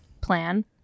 plan